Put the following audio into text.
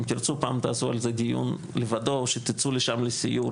אם תרצו פעם תעשו על זה דיון, או שתצאו לשם לסיור.